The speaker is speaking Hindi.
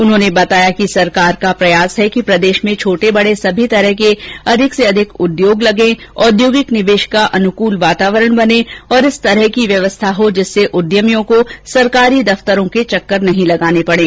उन्होंने बताया कि सरकार का प्रयास है कि प्रदेश में छोटे बडे समी तरह के अधिक से अधिक उद्योग लगे औद्योगिक निवेश का अनुकूल वातावरण बने और इस तरह की व्यवस्था हो जिससे उद्यमियों को सरकारी दफ़तरों के चक्कर नहीं लगाने पड़े